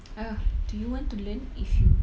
uh do you want to learn if you